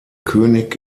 könig